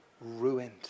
ruined